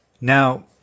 Now